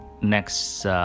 next